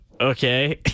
Okay